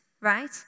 Right